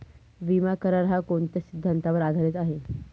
विमा करार, हा कोणत्या सिद्धांतावर आधारीत आहे?